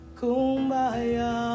kumbaya